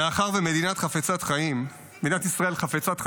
מאחר שמדינת ישראל חפצת חיים,